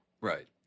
Right